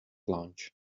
launch